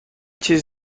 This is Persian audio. چیزی